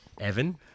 Evan